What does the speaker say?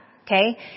Okay